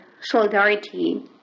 solidarity